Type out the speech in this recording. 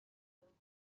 filled